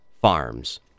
Farms